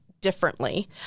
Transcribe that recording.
differently